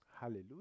Hallelujah